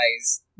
guys